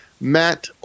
Matt